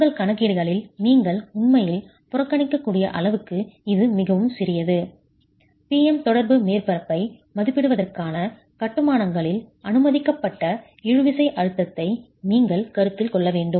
உங்கள் கணக்கீடுகளில் நீங்கள் உண்மையில் புறக்கணிக்கக்கூடிய அளவுக்கு இது மிகவும் சிறியது P M தொடர்பு மேற்பரப்பை மதிப்பிடுவதற்கான கட்டுமானங்களில் அனுமதிக்கப்பட்ட இழுவிசை அழுத்தத்தை நீங்கள் கருத்தில் கொள்ள வேண்டும்